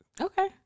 Okay